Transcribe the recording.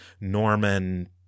Norman